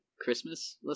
Christmas